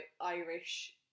Irish